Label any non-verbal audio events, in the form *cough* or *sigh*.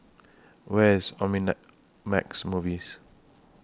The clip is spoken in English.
Where IS *unintelligible* Max Movies